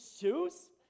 shoes